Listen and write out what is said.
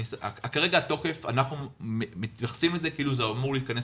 כרגע אנחנו מתייחסים לזה כאילו זה אמור להיכנס